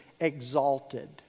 exalted